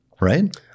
right